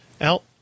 Out